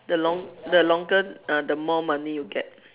the long the longer uh the more money you get